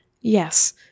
yes